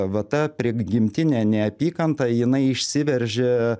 va ta prigimtinė neapykanta jinai išsiveržė